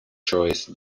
choice